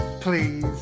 Please